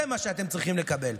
זה מה שאתם צריכים לקבל.